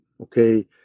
okay